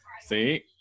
see